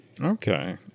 Okay